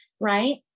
right